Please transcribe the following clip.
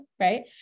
right